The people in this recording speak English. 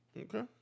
Okay